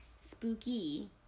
spooky